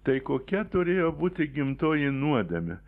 tai kokia turėjo būti gimtoji nuodėmė